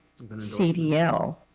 CDL